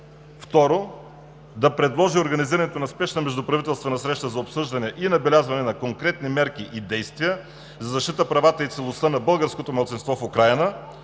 2. Да предложи организирането на спешна междуправителствена среща за обсъждане и набелязване на конкретни мерки и действия за защита правата и целостта на българското малцинство в Украйна,